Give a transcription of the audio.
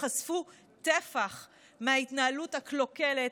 וחשפו טפח מההתנהלות הקלוקלת.